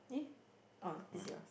eh oh this is yours